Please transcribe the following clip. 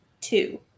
two